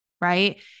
right